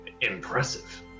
Impressive